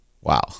Wow